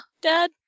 Dad